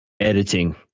editing